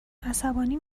عصبانی